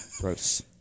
Gross